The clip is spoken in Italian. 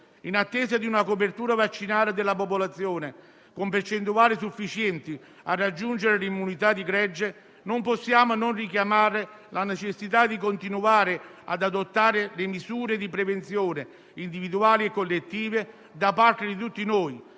In attesa di una copertura vaccinale della popolazione con percentuali sufficienti a raggiungere l'immunità di gregge, non possiamo non richiamare la necessità di continuare ad adottare le misure di prevenzione, individuali e collettive, da parte di tutti noi